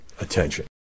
attention